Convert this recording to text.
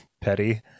petty